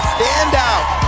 Standout